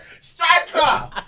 Striker